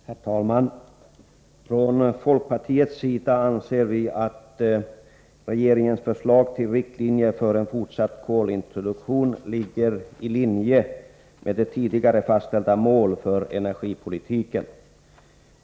Herr talman! Från folkpartiets sida anser vi att regeringens förslag till riktlinjer för en fortsatt kolintroduktion ligger i linje med tidigare fastställda mål för energipolitiken.